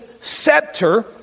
scepter